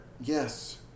yes